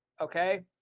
Okay